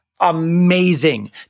amazing